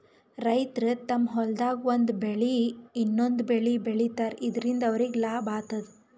ರೈತರ್ ತಮ್ಮ್ ಹೊಲ್ದಾಗ್ ಒಂದ್ ಬೆಳಿ ಇನ್ನೊಂದ್ ಬೆಳಿ ಬೆಳಿತಾರ್ ಇದರಿಂದ ಅವ್ರಿಗ್ ಲಾಭ ಆತದ್